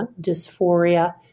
dysphoria